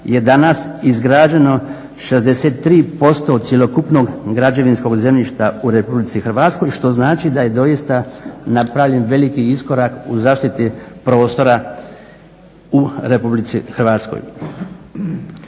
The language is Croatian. je danas izgrađeno 63% cjelokupnog građevinskog zemljišta u Republici Hrvatskoj. Što znači da je doista napravljen veliki iskorak u zaštiti prostora u Republici Hrvatskoj.